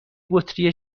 بطری